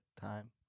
time